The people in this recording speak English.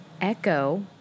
echo